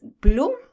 blue